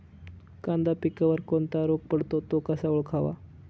कांदा पिकावर कोणता रोग पडतो? तो कसा ओळखावा?